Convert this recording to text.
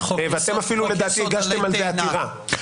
ואתם אפילו הגשתם על זה עתירה.